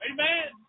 Amen